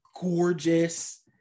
gorgeous